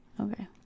Okay